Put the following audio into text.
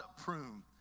prune